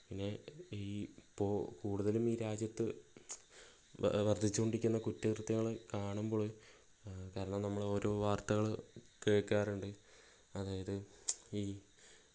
പിന്നെ ഈ ഇപ്പോൾ കൂടുതലും ഈ രാജ്യത്ത് വർദ്ധിച്ചുകൊണ്ടിരിക്കുന്ന കുറ്റകൃത്യങ്ങള് കാണുമ്പോള് കാരണം നമ്മള് ഓരോ വാർത്തകള് കേൾക്കാറുണ്ട് അതായത് ഈ